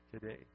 today